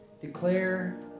Declare